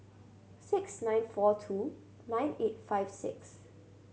six nine four two nine eight five six